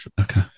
Okay